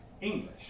English